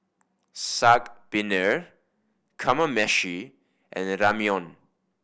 Saag Paneer Kamameshi and Ramyeon